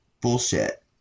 bullshit